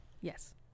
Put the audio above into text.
Yes